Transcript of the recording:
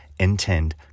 intend